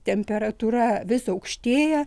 temperatūra vis aukštėja